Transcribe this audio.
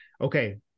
Okay